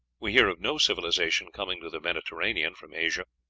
we hear of no civilization coming to the mediterranean from asia,